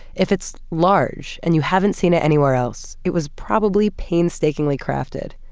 if it's large and you haven't seen it anywhere else, it was probably painstakingly crafted,